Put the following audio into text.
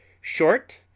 SHORT